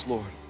Lord